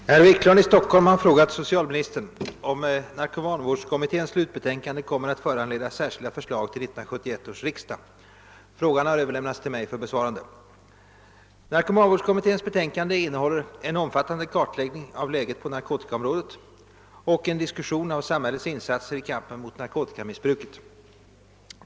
Herr talman! Herr Wiklund i Stockholm har frågat socialministern, om narkomanvårdskommitténs <slutbetänkande kommer att föranleda särskilda förslag till 1971 års riksdag. Frågan har överlämnats till mig för besvarande. Narkomanvårdskommitténs betänkande innehåller en omfattande kartläggning av läget på narkotikaområdet och en diskussion av samhällets insatser i kampen mot narkotikamissbruket.